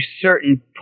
certain